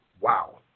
Wow